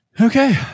okay